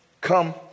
come